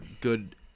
good